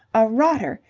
a rotter.